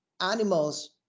animals